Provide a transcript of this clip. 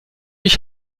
ich